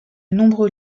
nombreux